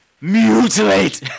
Mutilate